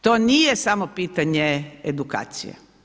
To nije samo pitanje edukacije.